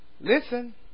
Listen